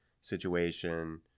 situation